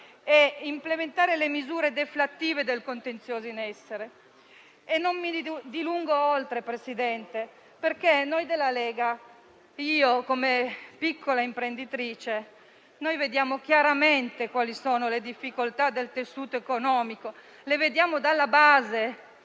e implementare le misure deflattive del contenzioso in essere. Non mi dilungo oltre, signor Presidente, perché noi della Lega ed io come piccola imprenditrice vediamo chiaramente dalla base quali sono le difficoltà del tessuto economico e la